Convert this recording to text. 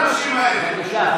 האנשים האלה.